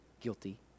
guilty